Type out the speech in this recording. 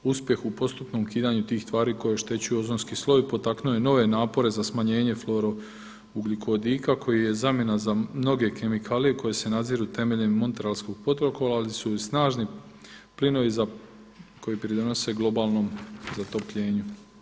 Uspjeh u postupnom ukidanju tih tvari koje oštećuju ozonski sloj potaknuo je nove napore za smanjenje fluorougljikovodika koji je zamjena za mnoge kemikalije koje se nadziru temeljem Montrealskog protokola ali su i snažni plinovi koji pridonose globalnom zatopljenju.